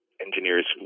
engineers